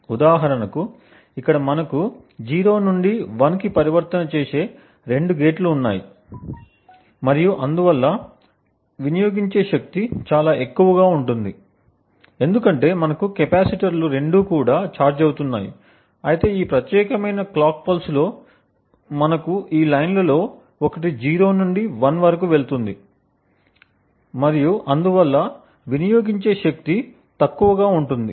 ఉదాహరణకు ఇక్కడ మనకు 0 నుండి 1 కి పరివర్తన చేసే రెండు గేట్లు ఉన్నాయి మరియు అందువల్ల వినియోగించే శక్తి చాలా ఎక్కువగా ఉంటుంది ఎందుకంటే మనకు కెపాసిటర్లు రెండూ కూడా ఛార్జ్ అవుతున్నాయి అయితే ఈ ప్రత్యేకమైన క్లాక్ పల్స్లో మనకు ఈ లైన్ లలో ఒకటి 0 నుండి 1 వరకు వెళుతుంది మరియు అందువల్ల వినియోగించే శక్తి తక్కువగా ఉంటుంది